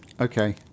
Okay